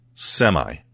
Semi